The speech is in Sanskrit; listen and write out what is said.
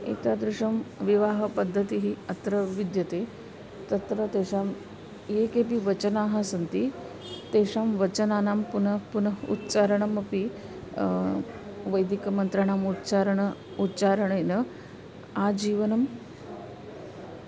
एतादृशं विवाहपद्धतिः अत्र विद्यते तत्र तेषां ये केपि वचनानि सन्ति तेषां वचनानां पुनः पुनः उच्चारणमपि वैदिकमन्त्राणाम् उच्चारणं उच्चारणेन आजीवनम्